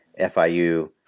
FIU –